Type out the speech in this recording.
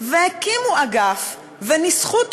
והקימו אגף, וניסחו תוכנית,